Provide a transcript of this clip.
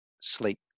sleep